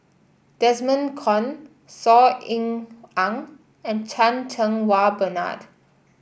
Desmond Kon Saw Ean Ang and Chan Cheng Wah Bernard